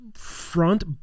front